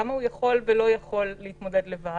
הוא יודע הכי טוב כמה הוא יכול או לא יכול להתמודד לבד,